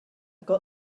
got